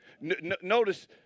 Notice